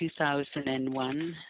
2001